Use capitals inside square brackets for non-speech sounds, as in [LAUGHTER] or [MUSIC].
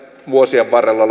vuosien varrella [UNINTELLIGIBLE]